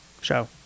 show